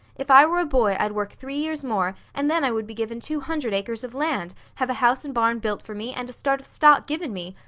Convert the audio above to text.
if i were a boy, i'd work three years more and then i would be given two hundred acres of land, have a house and barn built for me, and a start of stock given me,